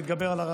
מישהו מפריע לך?